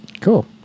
Cool